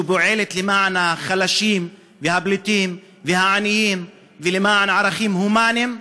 שפועלת למען החלשים והפליטים והעניים ולמען ערכים הומניים,